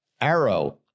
Arrow